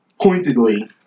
pointedly